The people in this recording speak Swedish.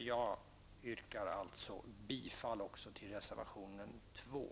Jag yrkar alltså bifall även till reservation 2.